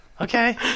Okay